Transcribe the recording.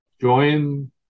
join